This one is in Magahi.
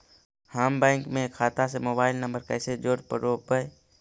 हम बैंक में खाता से मोबाईल नंबर कैसे जोड़ रोपबै?